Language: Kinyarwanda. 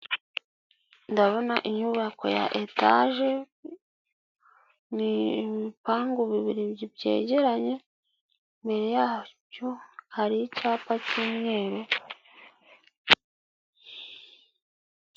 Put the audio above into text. Ndabona inyubako ya etage, ni ibipangu bibiri byegeranye. Imbere yacyo hari icyapa cy'umweru.